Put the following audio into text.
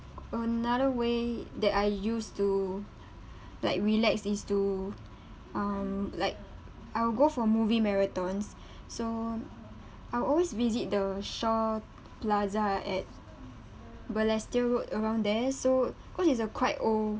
another way that I use to like relax is to um like I will go for movie marathons so I'll always visit the shaw plaza at balestier road around there so cause is a quite old